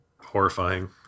horrifying